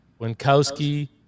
Winkowski